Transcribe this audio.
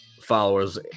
followers